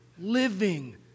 living